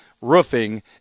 roofing